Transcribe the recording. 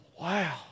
wow